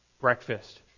Breakfast